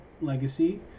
Legacy